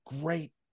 great